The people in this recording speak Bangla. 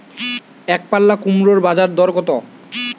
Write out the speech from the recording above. একপাল্লা কুমড়োর বাজার দর কত?